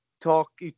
talk